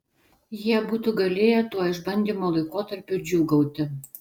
jie būtų galėję tuo išbandymo laikotarpiu džiūgauti